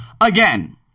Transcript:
again